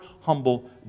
humble